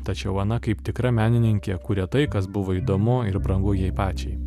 tačiau ana kaip tikra menininkė kurė tai kas buvo įdomu ir brangu jai pačiai